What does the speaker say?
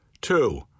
Two